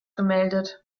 gemeldet